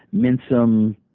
mince them,